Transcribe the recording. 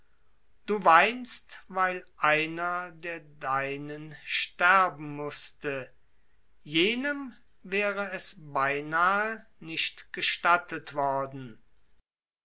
du weinst weil einer der deinen sterben mußte jenem wäre es beinahe nicht gestattet worden